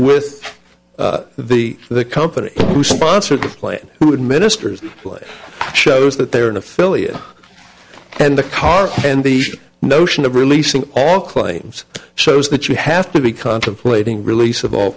with the the company who sponsored the plane administers place shows that they are an affiliate and the car and the notion of releasing all claims shows that you have to be contemplating release of all